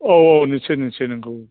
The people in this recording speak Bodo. अ नोंसो नोंसो नंगौ